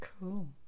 cool